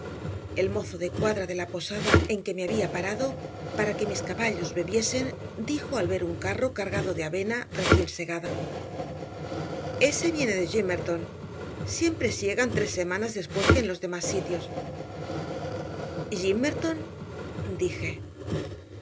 el mozo de cuadra de la posada en que me había parado para que mis caballos bebiesen dijo al ver un carro cargado de avena recién segada ese viene de gimmerton siempre siegan tres semanas después que en los demás sitios gimmerton dije